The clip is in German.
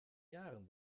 jahren